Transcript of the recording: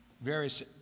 various